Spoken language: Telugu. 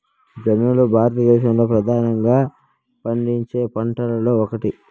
జొన్నలు భారతదేశంలో ప్రధానంగా పండించే పంటలలో ఒకటి